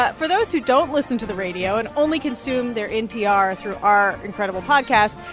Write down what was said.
but for those who don't listen to the radio and only consume their npr through our incredible podcast,